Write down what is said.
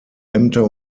ämter